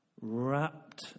wrapped